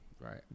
Right